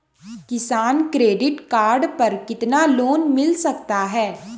किसान credit card पर कितना लोंन मिल सकता है?